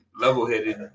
level-headed